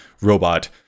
robot